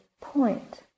point